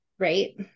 right